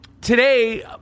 today